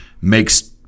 makes